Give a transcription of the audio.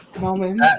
moment